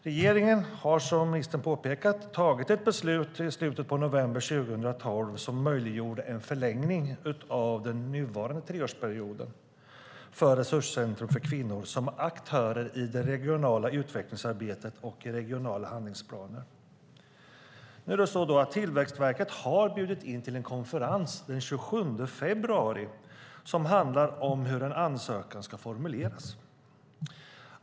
Regeringen har, som ministern påpekar, tagit ett beslut i slutet av november 2012 som möjliggjorde en förlängning av den nuvarande treårsperioden för resurscentrum för kvinnor som aktörer i det regionala utvecklingsarbetet och i regionala handlingsplaner. Nu är det så att Tillväxtverket har bjudit in till en konferens den 27 februari som handlar om hur en ansökan ska formuleras.